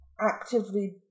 actively